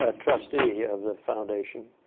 ah trustee of the foundation,